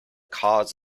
cause